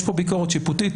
יש כאן ביקורת שיפוטית,